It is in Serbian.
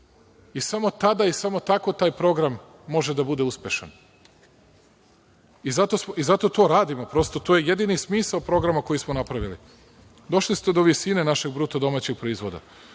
I samo tada i samo tako taj program može da bude uspešan. Zato to radimo. Prosto, to je jedini smisao programa koji smo napravili. Došli ste do visine našeg BDP-a. Sve